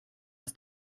als